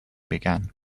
began